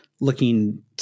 looking